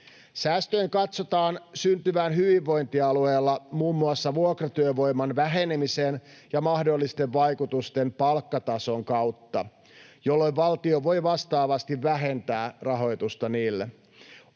Säästöjen katsotaan syntyvän hyvinvointialueella muun muassa vuokratyövoiman vähenemisen ja mahdollisten palkkatasoon tulevien vaikutusten kautta, jolloin valtio voi vastaavasti vähentää rahoitusta niille.